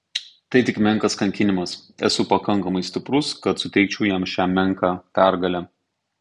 tai tik menkas kankinimas esu pakankamai stiprus kad suteikčiau jam šią menką pergalę